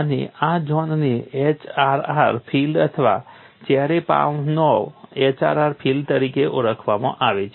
અને આ ઝોનને HRR ફીલ્ડ અથવા ચેરેપાનોવ HRR ફીલ્ડ તરીકે ઓળખવામાં આવે છે